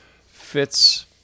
fits